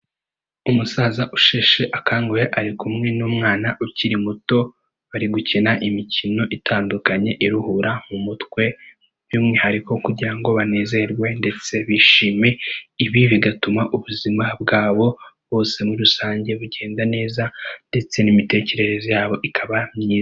Umusaza usheshe akanguhe ari kumwe n'umwana ukiri muto, bari gukina imikino itandukanye iruhura mu mutwe by'umwihariko kugira ngo banezerwe ndetse bishime, ibi bigatuma ubuzima bwabo bose muri rusange bugenda neza ndetse n'imitekerereze yabo ikaba myiza.